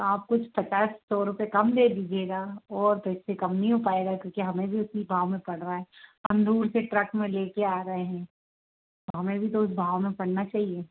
आप कुछ पचास सौ रुपए कम दे दीजिएगा और तो इससे कम नहीं हो पाएगा क्योंकि हमें भी उसी भाव में पड़ रहा है हम दूर से ट्रक में लेके आ रहे हैं तो हमें भी तो उस भाव में पड़ना चाहिए